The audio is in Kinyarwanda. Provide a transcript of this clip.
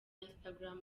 instagram